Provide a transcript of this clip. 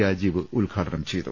രാജീവ് ഉദ്ഘാടനം ചെയ്തു